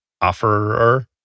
offerer